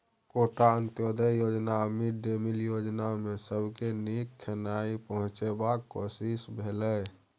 quota, Antyodaya योजना आ mid day meal योजनामे सबके नीक खेनाइ पहुँचेबाक कोशिश भेलै